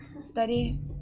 study